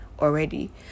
already